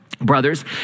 brothers